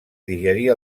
digerir